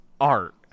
art